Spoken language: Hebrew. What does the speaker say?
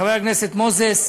חבר הכנסת מוזס,